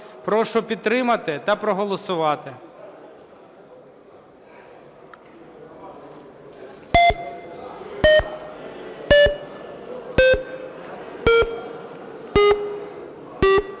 Прошу підтримати та проголосувати.